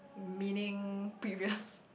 meaning previous